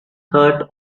heart